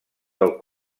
del